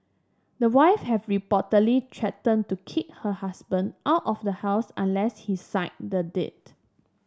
the wife had reportedly threatened to kick her husband out of the house unless he signed the deed